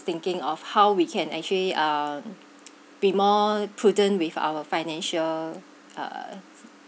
thinking of how we can actually uh be more prudent with our financial uh